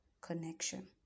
connection